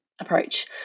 approach